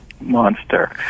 monster